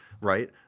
Right